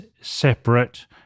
separate